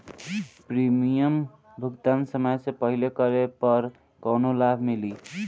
Premium भुगतान समय से पहिले करे पर कौनो लाभ मिली?